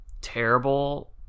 terrible